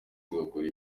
tugakora